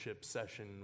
session